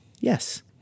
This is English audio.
Yes